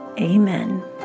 Amen